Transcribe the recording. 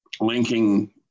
linking